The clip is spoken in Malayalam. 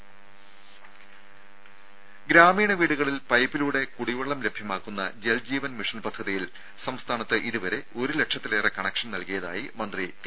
രും ഗ്രാമീണ വീടുകളിൽ പൈപ്പിലൂടെ കുടിവെള്ളം ലഭ്യമാക്കുന്ന ജൽജീവൻ മിഷൻ പദ്ധതിയിൽ സംസ്ഥാനത്ത് ഇതുവരെ ഒരു ലക്ഷത്തിലേറെ കണക്ഷൻ നൽകിയതായി മന്ത്രി കെ